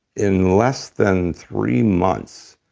in less than three months,